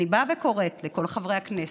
אני באה וקוראת לכל חברי הכנסת: